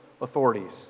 authorities